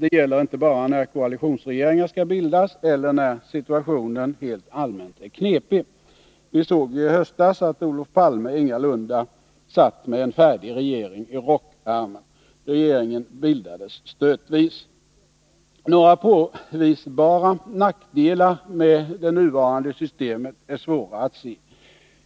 Detta gäller inte bara när koalitionsregeringar skall bildas eller när situationen helt allmänt är knepig. Vi såg ju i höstas att Olof Palme ingalunda satt med en färdig regering i rockärmen. Regeringen bildades stötvis. Några påvisbara nackdelar med det nuvarande systemet är svåra att se.